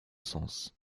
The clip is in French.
sens